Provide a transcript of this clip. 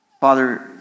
Father